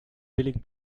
billigen